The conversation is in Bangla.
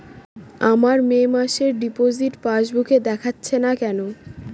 আমার মে মাসের ডিপোজিট পাসবুকে দেখাচ্ছে না কেন?